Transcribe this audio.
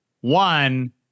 One